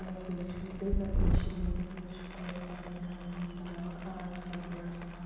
اگر تُہۍ وٕچھِو پیپر میشی ہِنٛدۍ بِزنِس چھِ کورِ پانے کَران یِم بَناوان آرٹٕس وَغیرہ بناوان